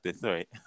Sorry